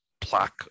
plaque